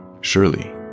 Surely